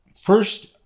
first